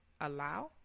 Allow